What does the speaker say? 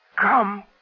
Come